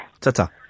Ta-ta